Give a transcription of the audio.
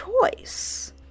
choice